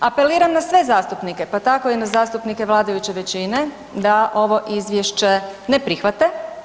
Apeliram na sve zastupnike, pa tako i na zastupnike vladajuće većine da ovo Izvješće ne prihvate.